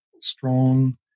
strong